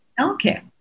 Okay